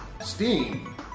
Steam